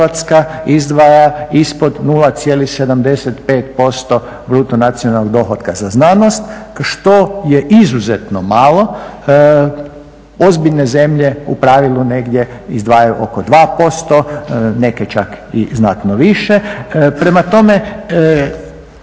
izdvaja ispod 0,75% bruto nacionalnog dohotka za znanost što je izuzetno malo. Ozbiljne zemlje u pravilu negdje izdvajaju oko 2%, neke čak i znatno više. Prema tome,